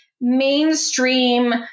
mainstream